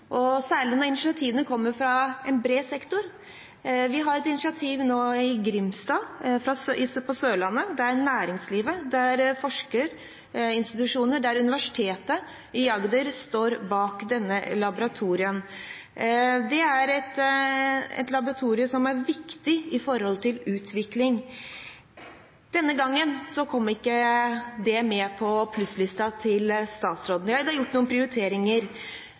særlig når initiativene kommer fra ulike sektorer. Vi har nå et initiativ i Grimstad på Sørlandet. Næringslivet, forskerinstitusjoner og Universitetet i Agder står bak dette laboratoriet. Det er et laboratorium som er viktig for utvikling. Denne gangen kom ikke det med på plusslisten til statsråden. Det er gjort noen prioriteringer,